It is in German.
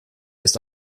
ist